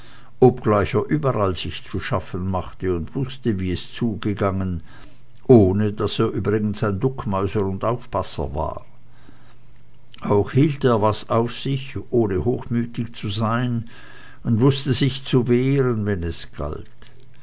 obgleich er überall sich zu schaffen machte und wußte wie es zugegangen ohne daß er übrigens ein duckmäuser und aufpasser war auch hielt er was auf sich ohne hochmütig zu sein und wußte sich zu wehren wenn es galt